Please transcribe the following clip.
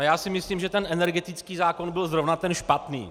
Já si myslím, že energetický zákon byl zrovna ten špatný.